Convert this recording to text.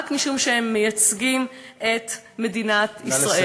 רק משום שהם מייצגים את מדינת ישראל.